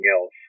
else